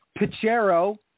Pichero